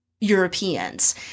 europeans